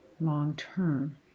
long-term